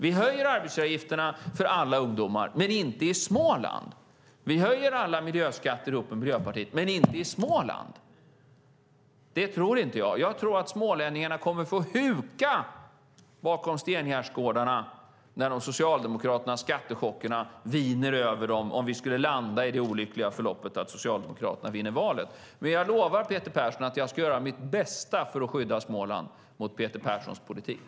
Vi höjer arbetsgivaravgifterna för alla ungdomar - men inte i Småland. Vi höjer alla miljöskatter ihop med Miljöpartiet - men inte i Småland. Det tror jag inte på. Jag tror att smålänningarna kommer att få huka bakom stengärdsgårdarna när de socialdemokratiska skattechockerna viner över dem, om vi skulle landa i det olyckliga förloppet att Socialdemokraterna vinner valet. Jag lovar Peter Persson att jag ska göra mitt bästa för att skydda Småland mot Peter Perssons politik.